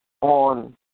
on